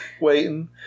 waiting